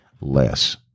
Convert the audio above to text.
less